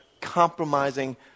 compromising